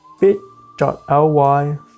bit.ly